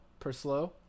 Perslow